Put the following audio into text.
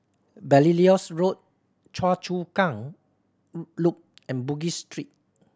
Belilios Road Choa Chu Kang Loop and Bugis Street